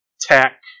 tech